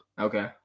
Okay